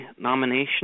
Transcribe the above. nomination